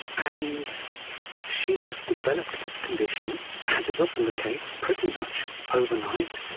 and she just developed this condition, as is often the case, pretty much overnight,